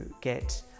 get